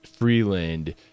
Freeland